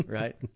right